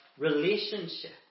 relationship